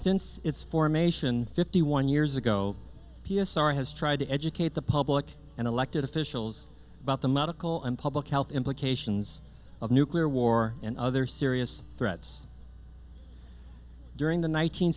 since its formation fifty one years ago p s r has tried to educate the public and elected officials about the medical and public health implications of nuclear war and other serious threats during the